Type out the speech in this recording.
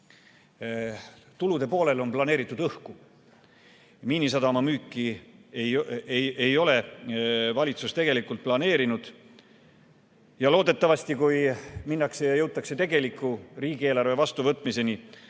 tulude poolele on planeeritud õhku. Miinisadama müüki ei ole valitsus tegelikult planeerinud. Loodetavasti, kui jõutakse tegeliku riigieelarve vastuvõtmiseni,